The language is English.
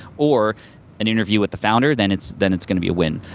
or an interview with the founder, then it's then it's gonna be a win.